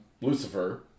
lucifer